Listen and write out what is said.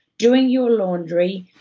doing your laundry,